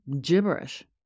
gibberish